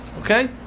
Okay